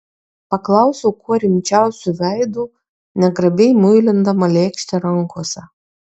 paklausiau kuo rimčiausiu veidu negrabiai muilindama lėkštę rankose